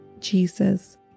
Jesus